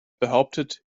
behauptet